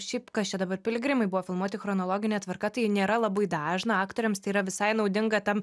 šiaip kas čia dabar piligrimai buvo filmuoti chronologine tvarka tai nėra labai dažną aktoriams tai yra visai naudinga tam